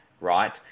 right